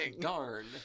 Darn